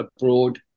abroad